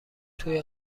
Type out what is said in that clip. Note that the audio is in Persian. توی